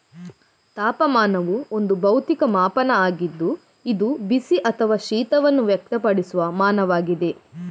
ತಾಪಮಾನವು ಒಂದು ಭೌತಿಕ ಮಾಪನ ಆಗಿದ್ದು ಇದು ಬಿಸಿ ಅಥವಾ ಶೀತವನ್ನು ವ್ಯಕ್ತಪಡಿಸುವ ಮಾನವಾಗಿದೆ